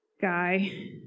guy